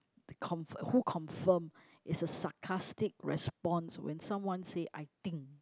they confirm who confirm is a sarcastic response when someone say I think